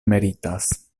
meritas